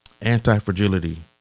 anti-fragility